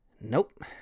Nope